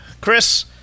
Chris